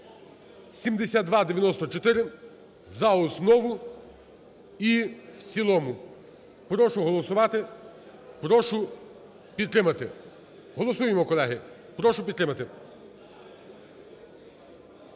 7294 за основу і в цілому. Прошу голосувати. Прошу підтримати. Голосуємо, колеги. Прошу підтримати.